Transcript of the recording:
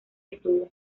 estudio